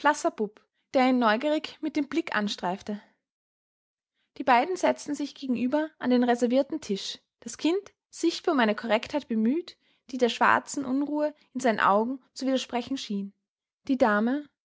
der ihn neugierig mit dem blick anstreifte die beiden setzten sich gegenüber an den reservierten tisch das kind sichtbar um eine korrektheit bemüht die der schwarzen unruhe in seinen augen zu widersprechen schien die dame